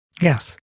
Yes